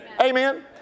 Amen